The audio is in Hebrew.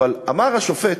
ואמר השופט,